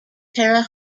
terre